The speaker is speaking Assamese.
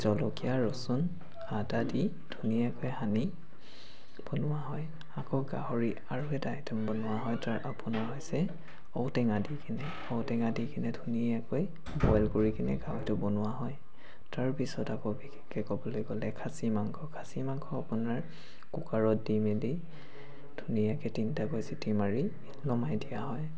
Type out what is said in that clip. জলকীয়া ৰচুন আদা দি ধুনীয়াকৈ সানি বনোৱা হয় আকৌ গাহৰি আৰু এটা আইটেম বনোৱা হয় তাৰ আপোনাৰ হৈছে ঔটেঙা দি কিনে ঔটেঙা দি কিনে ধুনীয়াকৈ বইল কৰি কিনে গাহৰিটো বনোৱা হয় তাৰ পিছত আকৌ বিশেষকৈ ক'বলৈ গ'লে খাচী মাংস খাচী মাংস আপোনাৰ কুকাৰত দি মেলি ধুনীয়াকৈ তিনিটাকৈ চিটি মাৰি নমাই দিয়া হয়